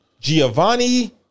Giovanni